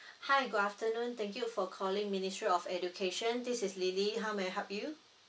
hi good afternoon thank you for calling ministry of education this is lily how may I help you